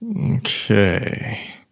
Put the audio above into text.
Okay